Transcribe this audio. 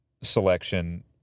selection